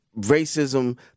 racism